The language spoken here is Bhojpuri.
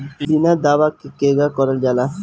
बीमा दावा केगा करल जाला?